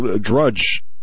Drudge